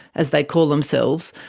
as they call themselves,